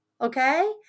okay